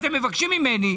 אתם מבקשים ממני,